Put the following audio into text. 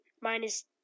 minus